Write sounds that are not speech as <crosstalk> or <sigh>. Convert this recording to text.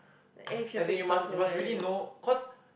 <noise> as in you must you must really know cause